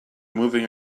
moving